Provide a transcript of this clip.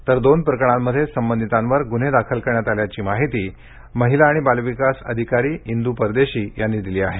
तर दोन प्रकरणामध्ये संबंधितांवर गुन्हे दाखल करण्यात आल्याची माहिती महिला आणि बालविकास अधिकारी इंदू परदेशी यांनी दिली आहे